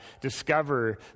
discover